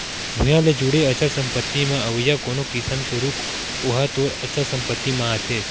भुइँया ले जुड़े अचल संपत्ति म अवइया कोनो किसम के रूख ओहा तोर अचल संपत्ति म आथे